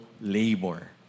labor